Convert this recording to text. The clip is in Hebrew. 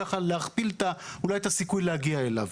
ככה אולי להכפיל את הסיכוי להגיע אליו,